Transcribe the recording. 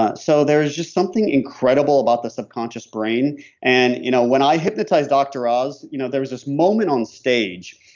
ah so there's just something incredible about the subconscious brain and you know when i hypnotized dr. oz, you know there was there moment on stage.